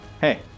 Hey